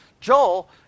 Joel